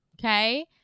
Okay